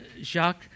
Jacques